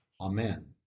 Amen